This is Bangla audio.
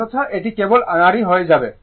অন্যথায় ওঠা কেবল আনাড়ি হয়ে যায়